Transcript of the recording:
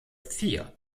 vier